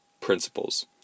principles